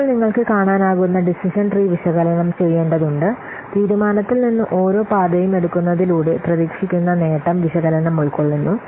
ഇപ്പോൾ നിങ്ങൾക്ക് കാണാനാകുന്ന ഡിസിഷൻ ട്രീ വിശകലനം ചെയ്യേണ്ടതുണ്ട് തീരുമാനത്തിൽ നിന്ന് ഓരോ പാതയും എടുക്കുന്നതിലൂടെ പ്രതീക്ഷിക്കുന്ന നേട്ടം വിശകലനം ഉൾക്കൊള്ളുന്നു